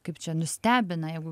kaip čia nustebina jeigu